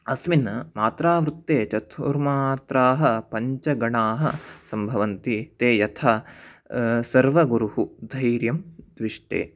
अस्मिन् मात्रावृत्ते चतुर्मात्राः पञ्चगणाः सम्भवन्ति ते यथा सर्वगुरुः धैर्यं द्विष्टे